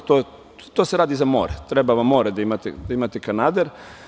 To se radi za more, treba vam more da imate kanader.